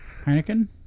Heineken